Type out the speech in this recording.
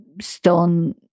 stone